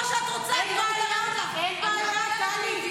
אין בעיה, אין בעיה, טלי.